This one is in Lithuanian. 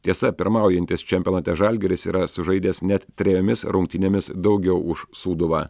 tiesa pirmaujantis čempionate žalgiris yra sužaidęs net trejomis rungtynėmis daugiau už sūduvą